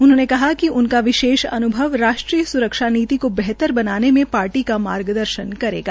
उन्होंने कहा कि उनकी विशेष अनुभव राष्ट्रीय सुरक्षा नीति को बेहतर बनाने में पार्टी का मार्गदर्शन करेगा